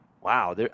Wow